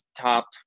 top